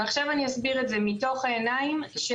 ועכשיו אני אסביר את זה מתוך העיניים של